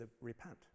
repent